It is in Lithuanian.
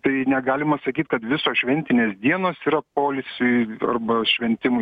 tai negalima sakyt kad visos šventinės dienos yra poilsiui arba šventimui